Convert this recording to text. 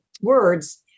words